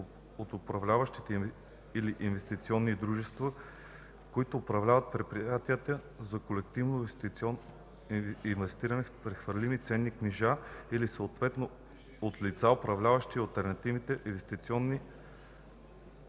от управляващите или инвестиционните дружества, които управляват предприятията за колективно инвестиране в прехвърлими ценни книжа, или съответно от лицата, управляващи алтернативни инвестиционни фондове.